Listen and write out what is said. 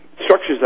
structures